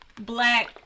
black